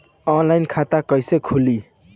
Online खाता कईसे खुलि?